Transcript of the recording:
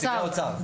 האוצר.